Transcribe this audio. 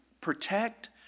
protect